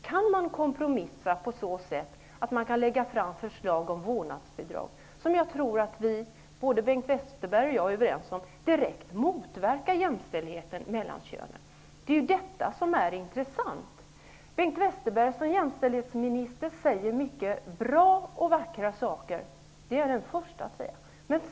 Kan man kompromissa så att man lägger fram förslag om vårdnadsbidrag? Jag tror att Bengt Westerberg och jag är överens om att det förslaget direkt motverkar jämställdheten mellan könen. Det är detta som är intressant. Som jämställdhetsminister säger Bengt Westerberg mycket bra och vackra saker. Det är jag den första att säga.